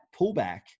pullback